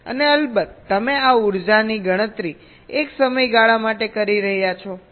અને અલબત્ત તમે આ ઉર્જાની ગણતરી એક સમયગાળા માટે કરી રહ્યા છો T